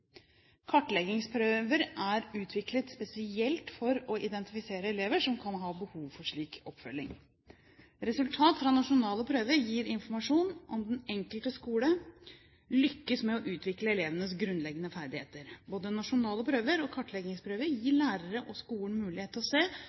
Kartleggingsprøver er utviklet spesielt for å identifisere elever som kan ha behov for slik oppfølging. Resultat fra nasjonale prøver gir informasjon om hvorvidt den enkelte skole lykkes med å utvikle elevenes grunnleggende ferdigheter. Både nasjonale prøver og kartleggingsprøver gir lærerne og skolen mulighet til å se